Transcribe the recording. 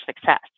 success